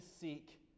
seek